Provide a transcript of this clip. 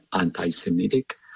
anti-Semitic